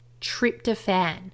tryptophan